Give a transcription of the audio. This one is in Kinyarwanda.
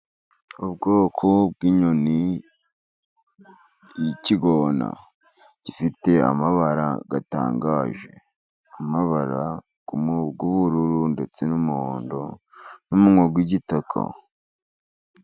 Ubwoko bw'inyoni ikigona gifite amabara atangaje amabara y'ubururu ndetse n'umuhondo n'umunwa w'igitaka.